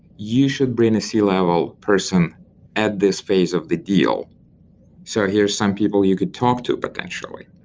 you should bring a c-level person at this phase of the deal so here are some people you could talk to potentially.